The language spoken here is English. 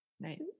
Right